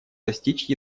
достичь